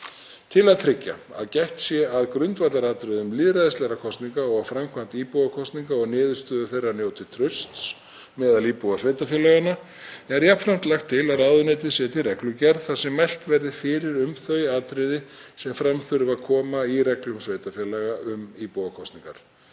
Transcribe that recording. Til að tryggja að gætt sé að grundvallaratriðum lýðræðislegra kosninga og framkvæmd íbúakosninga og að niðurstöður þeirra njóti trausts meðal íbúa sveitarfélaganna er jafnframt lagt til að ráðuneytið setji reglugerð þar sem mælt verði fyrir um þau atriði sem fram þurfa að koma í reglum sveitarfélaga um íbúakosningar.